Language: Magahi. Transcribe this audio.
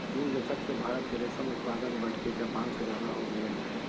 तीन दशक से भारत के रेशम उत्पादन बढ़के जापान से ज्यादा हो गेल हई